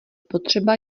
potřeba